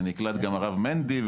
נקלט גם הרב מנדי,